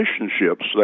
relationships